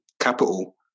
capital